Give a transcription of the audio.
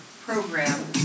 program